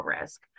risk